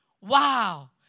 Wow